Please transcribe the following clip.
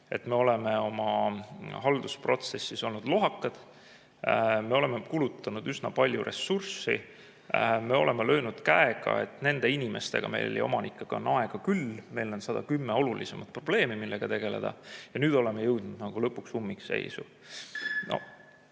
et me oleme oma haldusprotsessis olnud lohakad. Me oleme kulutanud üsna palju ressurssi. Me oleme löönud käega – nende inimestega ja omanikega on meil aega küll, meil sada kümme olulisemat probleemi, millega on vaja tegeleda – ja nüüd oleme jõudnud lõpuks ummikseisu.